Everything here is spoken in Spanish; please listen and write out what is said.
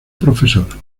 profesor